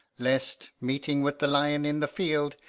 least, meeting with the lyon in the field,